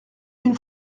une